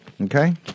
Okay